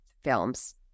films